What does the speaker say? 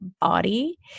body